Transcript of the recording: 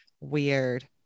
Weird